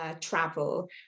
Travel